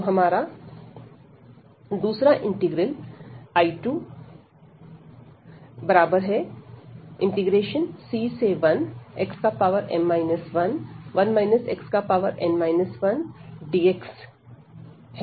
तो हमारा दूसरा इंटीग्रल I2c1xm 11 xn 1dx है